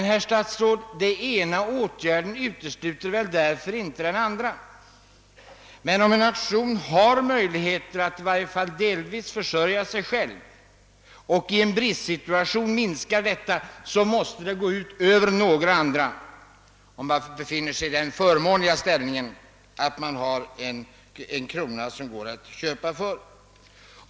Men, herr statsrådet, den ena åtgärden utesluter inte den andra. Om en nation har möjligheter att åtminstone delvis försörja sig själv med livsmedel men i en bristsituation minskar sin självförsörjningsgrad, så måste det gå ut över andra, för den händelse landet i fråga befinner sig i den förmånliga ställningen att man har en valuta som det går att köpa för.